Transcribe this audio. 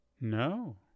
no